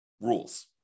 rules